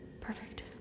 Perfect